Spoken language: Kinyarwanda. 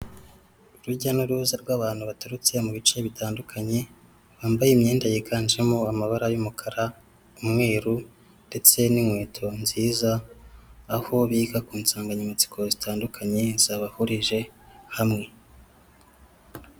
Urujya n'uruza rw'abantu baturutse mu bice bitandukanye bambaye imyenda yiganjemo amabara y'umukara, umweru ndetse n'inkweto nziza, aho biga ku nsanganyamatsiko zitandukanye zabahurije hamwe.